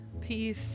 peace